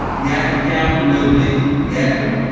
yadkin county with no d, yadkin.